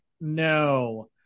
No